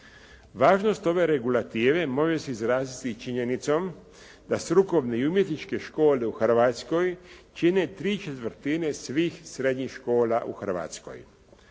Važnost ove regulative može se izraziti činjenicom da strukovne i umjetničke škole u Hrvatskoj čine tri četvrtine svih srednjih škola u Hrvatskoj.